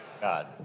God